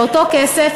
באותו כסף,